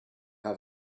have